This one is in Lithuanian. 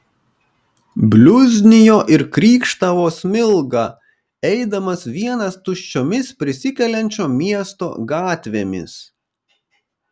bliuznijo ir krykštavo smilga eidamas vienas tuščiomis prisikeliančio miesto gatvėmis